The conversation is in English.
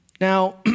Now